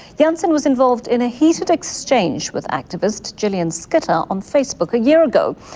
jansen was involved in a heated exchange with activist gillian schutte ah on facebook a year ago.